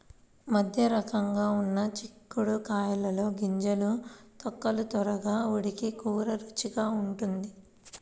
మధ్యరకంగా ఉన్న చిక్కుడు కాయల్లో గింజలు, తొక్కలు త్వరగా ఉడికి కూర రుచిగా ఉంటుంది